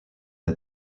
n’a